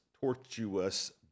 tortuous